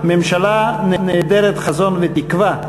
ממשלה נעדרת חזון ותקווה.